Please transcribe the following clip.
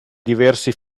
diversi